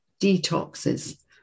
detoxes